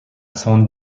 sans